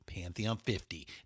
Pantheon50